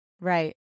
Right